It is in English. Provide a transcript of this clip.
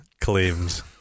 Claims